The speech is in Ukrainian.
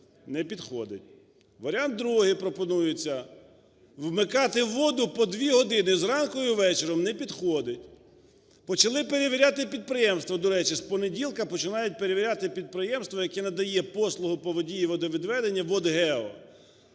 Не підходить. Варіант другий: пропонується вмикати воду по 2 години зранку і ввечері. Не підходить. Почали перевіряти підприємство. До речі, з понеділка починають перевіряти підприємство, яке надає послугу по воді і водовідведенню "ВодГео".